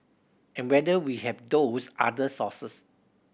and whether we have those other sources